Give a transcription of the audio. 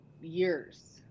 years